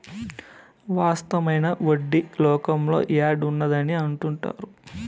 వాస్తవమైన వడ్డీ లోకంలో యాడ్ ఉన్నది అని అంటుంటారు